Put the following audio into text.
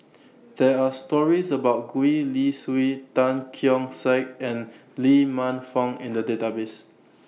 There Are stories about Gwee Li Sui Tan Keong Saik and Lee Man Fong in The Database